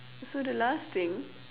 so the last thing